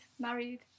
married